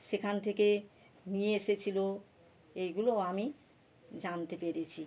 সেখান থেকে নিয়ে এসেছিল এইগুলো আমি জানতে পেরেছি